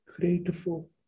grateful